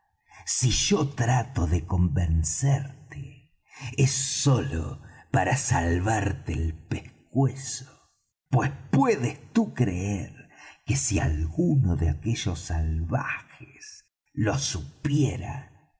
si yo trato de convencerte es sólo para salvarte el pescuezo pues puedes tú creer que si alguno de aquellos salvajes lo supiera